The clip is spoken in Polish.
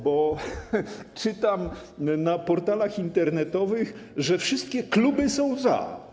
Bo czytam na portalach internetowych, że wszystkie kluby są za.